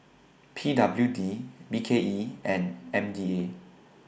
P W D B K E and M D A